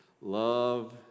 Love